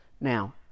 Now